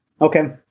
Okay